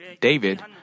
David